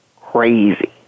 crazy